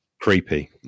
creepy